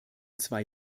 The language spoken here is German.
zwei